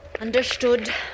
Understood